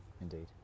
indeed